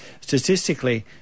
statistically